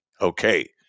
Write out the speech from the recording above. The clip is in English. okay